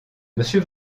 monsieur